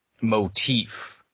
motif